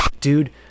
dude